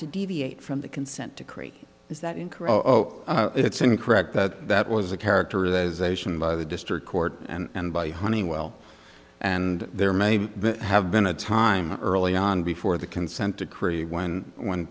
to deviate from the consent decree is that in korea it's incorrect that that was a characterization by the district court and by honeywell and there may have been a time early on before the consent decree when